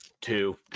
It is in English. Two